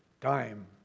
Time